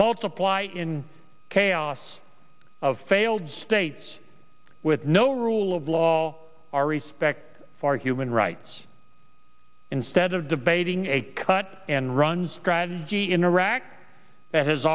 multiply in chaos of failed states with no rule of law our respect for human rights instead of debating a cut and run in iraq that has